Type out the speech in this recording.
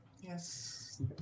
Yes